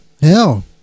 hell